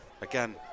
Again